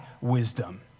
wisdom